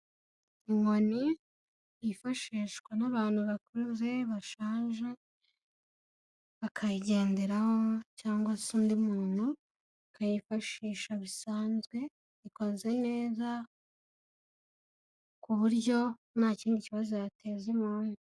Inkoni yifashishwa n'abantu bakuze bashaje bakayigenderaho cyangwa se undi muntu akayifashisha bisanzwe, ikoze neza ku buryo nta kindi kibazo yateza umuntu.